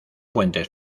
puentes